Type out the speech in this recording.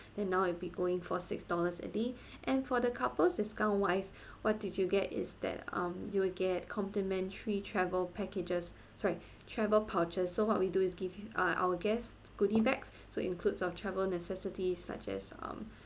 then now it'll be going for six dollars a day and for the couples discount wise what did you get is that um you will get complimentary travel packages sorry travel pouches so what we do is give uh our guests goodie bags so includes of travel necessities such as um